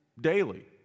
daily